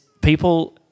people